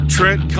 Trent